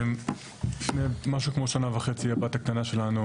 לפני כשנה וחצי הבת הקטנה שלנו